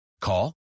Call